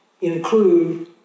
include